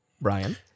Brian